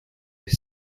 with